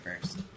first